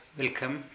welcome